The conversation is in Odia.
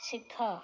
ଶିଖ